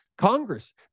Congress